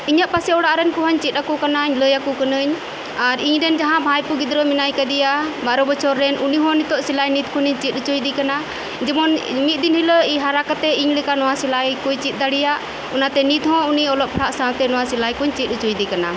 ᱤᱧᱟᱹᱜ ᱯᱟᱥᱮ ᱚᱲᱟᱜ ᱨᱮᱱ ᱠᱚᱦᱚᱸᱧ ᱪᱮᱫ ᱟᱠᱩ ᱠᱟᱱᱟ ᱞᱟᱹᱭ ᱟᱠᱩ ᱠᱟᱹᱱᱟᱹᱧ ᱟᱨ ᱤᱧ ᱨᱮᱱ ᱡᱟᱦᱟᱸᱭ ᱵᱷᱟᱭᱯᱚ ᱜᱤᱫᱽᱨᱟᱹ ᱢᱮᱱᱟᱭ ᱟᱠᱟᱫᱮᱭᱟ ᱵᱟᱨᱚ ᱵᱚᱷᱚᱨ ᱨᱮᱱ ᱩᱱᱤᱦᱚ ᱱᱤᱛᱚᱜ ᱥᱮᱞᱟᱭ ᱱᱤᱛᱠᱷᱚᱱᱤᱧ ᱪᱤᱫ ᱩᱪᱩᱭᱫᱤ ᱠᱟᱱᱟ ᱡᱮᱢᱚᱱ ᱤᱧ ᱢᱤᱫ ᱫᱤᱱ ᱦᱤᱞᱟᱹᱜ ᱦᱟᱨᱟᱠᱟᱛᱮᱜ ᱤᱧᱞᱮᱠᱟ ᱱᱚᱣᱟ ᱥᱮᱞᱟᱭ ᱠᱚᱭ ᱪᱤᱫ ᱫᱟᱲᱤᱭᱟᱜ ᱚᱱᱟᱛᱮ ᱩᱱᱤ ᱱᱤᱛᱦᱚ ᱚᱞᱚᱜ ᱯᱟᱲᱦᱟᱜ ᱥᱟᱶᱛᱮ ᱚᱞᱚᱜ ᱯᱟᱲᱟᱦᱟᱜ ᱠᱩᱧ ᱪᱤᱫ ᱩᱪᱩᱭᱮᱫᱤ ᱠᱟᱱᱟ